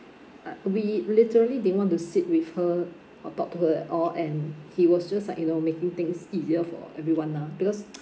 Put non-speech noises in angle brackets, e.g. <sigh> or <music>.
<noise> we literally didn't want to sit with her or talk to her at all and he was just like you know making things easier for everyone lah because <noise>